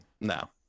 no